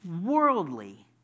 worldly